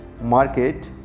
market